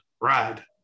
ride